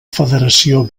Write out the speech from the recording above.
federació